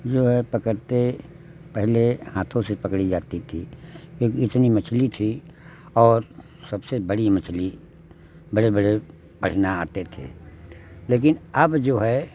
जो है पकड़ते पहले हाथों से पकड़ी जाती थी क्योंकि इतनी मछली थी और सबसे बड़ी मछली बड़े बड़े पठने आते थे लेकिन अब जो है